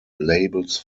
labels